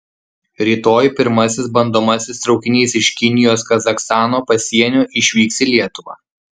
rytoj pirmasis bandomasis traukinys iš kinijos kazachstano pasienio išvyks į lietuvą